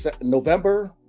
November